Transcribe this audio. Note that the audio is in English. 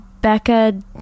becca